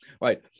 right